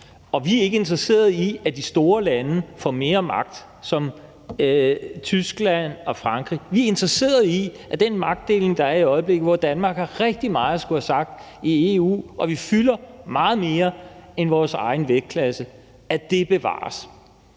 på. Vi er ikke interesseret i, at de store lande som Tyskland og Frankrig får mere magt. Vi er interesseret i, at den magtfordeling, der er i øjeblikket, hvor Danmark har rigtig meget at skulle have sagt i EU, og hvor vi fylder meget mere end vores egen vægtklasse, bliver bevaret.